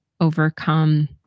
overcome